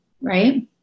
right